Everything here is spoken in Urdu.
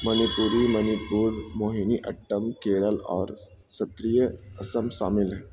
منی پوری منی پور موہنی اٹم کیرل اور ستریہ آسام شامل ہیں